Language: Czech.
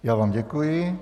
Já vám děkuji.